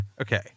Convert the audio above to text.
Okay